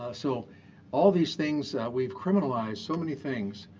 so all these things we've criminalized so many things.